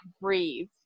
breathe